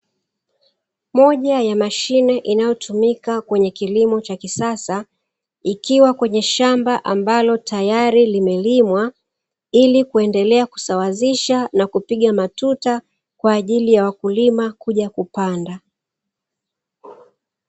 Moja ya mashine inayotumika kwenye kilimo cha kisasa, ikiwa kwenye shamba ambalo tayari limelimwa, ili kuendelea kusawazisha na kupiga matuta kwa ajili ya wakulima kuja kupanda.